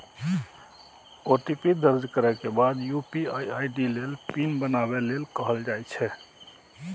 OTP दर्ज करै के बाद यू.पी.आई आई.डी लेल पिन बनाबै लेल कहल जाइ छै